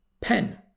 pen